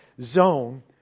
zone